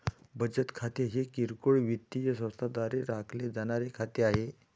बचत खाते हे किरकोळ वित्तीय संस्थांद्वारे राखले जाणारे खाते आहे